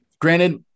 granted